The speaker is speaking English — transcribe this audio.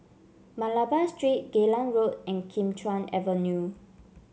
Malabar Street Geylang Road and Kim Chuan Avenue